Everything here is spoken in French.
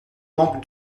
manque